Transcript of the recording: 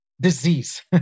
disease